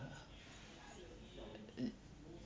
uh